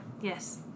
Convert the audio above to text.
Yes